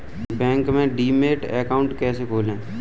Bank में demat account कैसे खोलें?